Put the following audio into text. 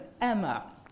Emma